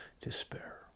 despair